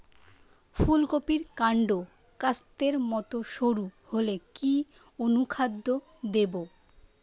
ফুলকপির কান্ড কাস্তের মত সরু হলে কি অনুখাদ্য দেবো?